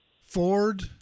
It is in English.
Ford